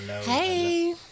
hey